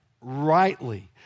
rightly